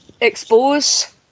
expose